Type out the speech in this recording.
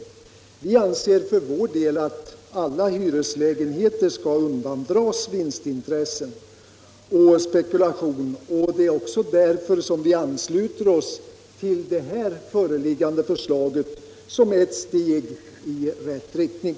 Vi anser för vår del att alla hyreslägenheter skall undandras vinstintresse och spekulation. Det är därför vi ansluter oss till här föreliggande lagförslag, som är ett steg i rätt riktning.